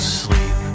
sleep